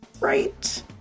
right